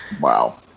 Wow